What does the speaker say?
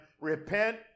repent